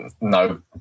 no